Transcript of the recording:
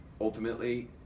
ultimately